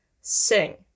sing